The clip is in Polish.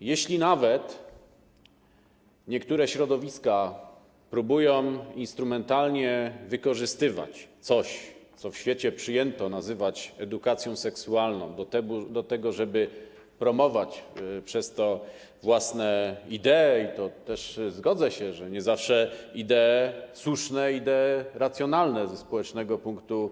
Nawet jeśli niektóre środowiska próbują instrumentalnie wykorzystywać coś, co w świecie przyjęto nazywać edukacją seksualną, do tego, żeby promować przez to własne idee - i zgodzę się, że nie zawsze są to idee słuszne, idee racjonalne ze społecznego punktu